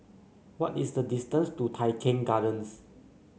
what is the distance to Tai Keng Gardens